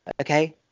okay